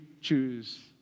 choose